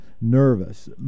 nervous